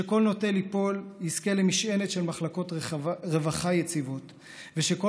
שכל נוטה ליפול יזכה למשענת של מחלקות רווחה יציבות ושכל